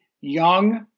young